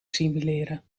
simuleren